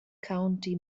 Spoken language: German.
county